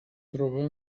troba